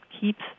keeps